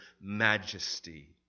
majesty